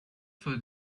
for